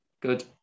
Good